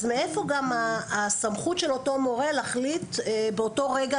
אז מאיפה גם הסמכות של אותו מורה להחליט באותו רגע,